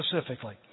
specifically